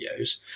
videos